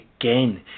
again